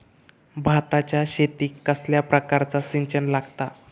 भाताच्या शेतीक कसल्या प्रकारचा सिंचन लागता?